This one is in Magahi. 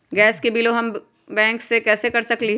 गैस के बिलों हम बैंक से कैसे कर सकली?